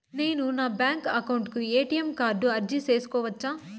నేను నా bank account కు ఎ.టి.ఎం కార్డు అర్జీ సేసుకోవచ్చా?